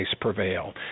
prevail